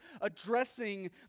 addressing